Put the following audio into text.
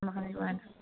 ꯃꯥꯅꯤ ꯃꯥꯅꯤ